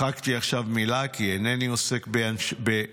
מחקתי עכשיו מילה, כי אינני עוסק במשפחתך,